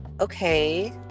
okay